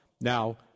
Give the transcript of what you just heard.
Now